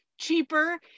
cheaper